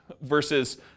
Versus